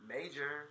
Major